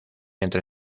entre